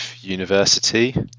university